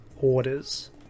Orders